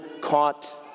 caught